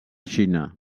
xina